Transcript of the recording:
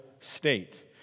state